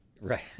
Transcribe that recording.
Right